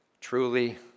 truly